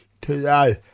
today